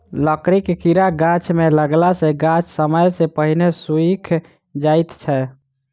लकड़ीक कीड़ा गाछ मे लगला सॅ गाछ समय सॅ पहिने सुइख जाइत छै